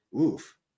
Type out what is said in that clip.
Oof